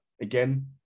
again